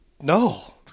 No